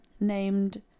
named